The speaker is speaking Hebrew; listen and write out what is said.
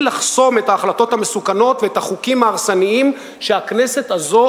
לחסום את ההחלטות המסוכנות ואת החוקים ההרסניים שהכנסת הזאת,